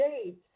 States